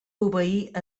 obeir